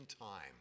time